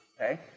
Okay